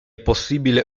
possibile